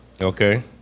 Okay